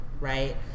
right